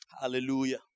Hallelujah